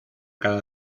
cada